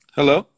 Hello